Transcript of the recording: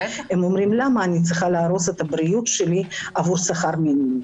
הם אומרים למה אני צריכה להרוס את הבריאות שלי עבור שכר מינימום?